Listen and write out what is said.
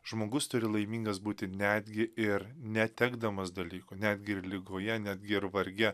žmogus turi laimingas būti netgi ir netekdamas dalyko netgi ir ligoje netgi ir varge